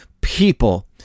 people